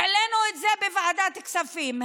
העלינו את זה בוועדת הכספים,